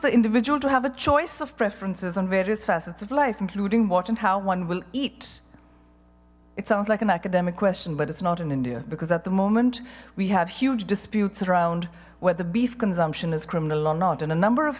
the individual to have a choice of preferences and various facets of life including what and how one will eat it sounds like an academic question but it's not in india because at the moment we have huge disputes around where the beef consumption is criminal or not and a number of